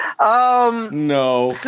No